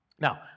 Now